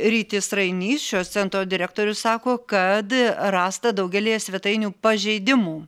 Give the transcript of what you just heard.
rytis rainys šio centro direktorius sako kad rasta daugelyje svetainių pažeidimų